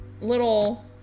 Little